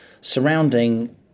surrounding